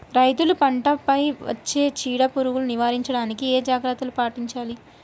రైతులు పంట పై వచ్చే చీడ పురుగులు నివారించడానికి ఏ జాగ్రత్తలు పాటించాలి?